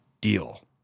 deal